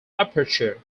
aperture